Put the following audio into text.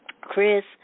Chris